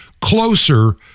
closer